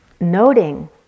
noting